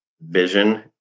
vision